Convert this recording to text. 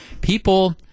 people